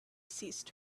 ceased